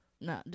No